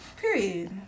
period